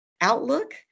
outlook